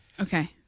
Okay